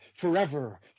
forever